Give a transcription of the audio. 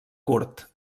curt